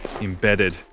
embedded